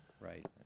Right